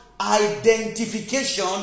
Identification